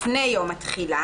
לפני יום התחילה